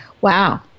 Wow